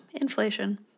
inflation